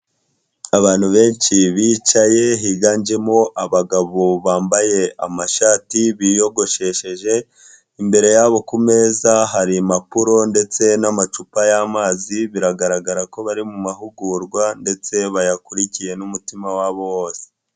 Abantu benshi bicaye higanjemo abagabo bambaye amashati biyogoshesheje, imbere yabo ku meza hari impapuro ndetse n'amacupa y'amazi biragaragara ko bari mu mahugurwa ndetse bayakurikiye n'umutima wabo wose.